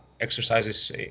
exercises